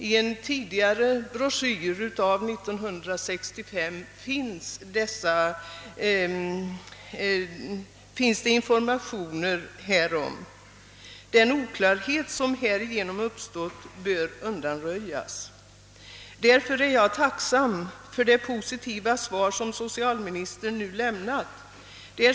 I en tidigare broschyr, från 1965, finns det informationer härvid Jag: Den oklarhet som på detta sätt uppstått bör undanröjas, och jag är :tacksam för det positiva svar som so "cialministern nu lämnat.